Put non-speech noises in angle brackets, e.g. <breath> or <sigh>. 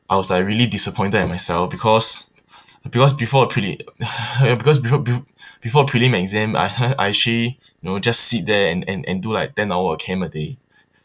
I was like really disappointed at myself because because before preli~ <breath> ya because before b~ before prelim exam I <laughs> I actually you know just sit there and and and do like ten hour of chem a day